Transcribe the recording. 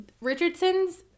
Richardson's